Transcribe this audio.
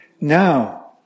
Now